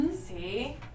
See